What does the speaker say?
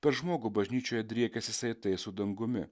per žmogų bažnyčioje driekiasi saitai su dangumi